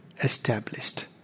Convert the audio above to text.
established